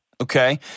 Okay